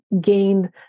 gained